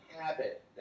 habit